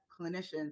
clinicians